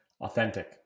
Authentic